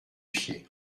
pied